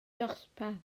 dosbarth